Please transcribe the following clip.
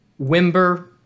Wimber